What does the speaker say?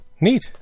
Neat